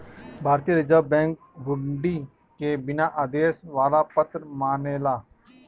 भारतीय reserve bank हुंडी के बिना आदेश वाला पत्र मानेला